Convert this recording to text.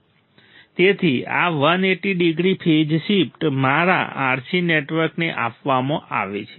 તેથી આ 180 degree phase shift મારા RC નેટવર્કને આપવામાં આવે છે